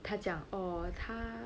他讲 orh 他